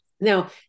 Now